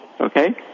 okay